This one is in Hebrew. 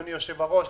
אדוני היושב-ראש,